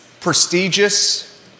prestigious